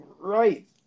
Right